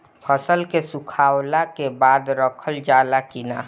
फसल के सुखावला के बाद रखल जाला कि न?